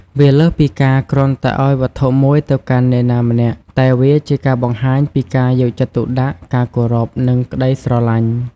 វាលើសពីការគ្រាន់តែឱ្យវត្ថុមួយទៅកាន់អ្នកណាម្នាក់ តែវាជាការបង្ហាញពី ការយកចិត្តទុកដាក់ ការគោរព និងក្តីស្រឡាញ់។